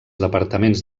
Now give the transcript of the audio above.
departaments